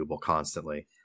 constantly